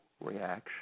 reaction